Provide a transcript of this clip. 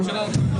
דקה.